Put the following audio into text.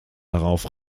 darauf